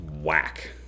whack